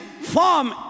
form